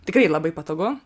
tikrai labai patogu